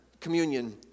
communion